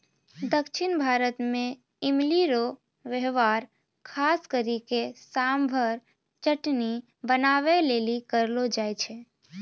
दक्षिण भारत मे इमली रो वेहवार खास करी के सांभर चटनी बनाबै लेली करलो जाय छै